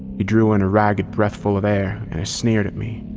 he drew in a ragged breathful of air and sneered at me,